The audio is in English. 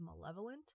malevolent